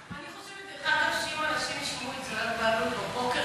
אני חושבת שאם אנשים ישמעו את זוהיר בהלול בבוקר